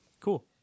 Cool